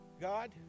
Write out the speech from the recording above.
God